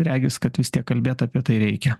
regis kad vis tiek kalbėt apie tai reikia